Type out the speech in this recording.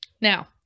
Now